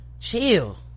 chill